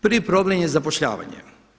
Prvi problem je zapošljavanje.